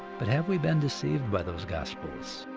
but have we been deceived by those gospels,